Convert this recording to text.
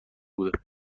بودم